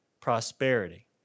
prosperity